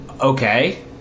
Okay